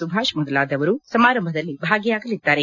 ಸುಭಾಷ್ ಮೊದಲಾದವರು ಸಮಾರಂಭದಲ್ಲಿ ಭಾಗಿಯಾಗಲಿದ್ದಾರೆ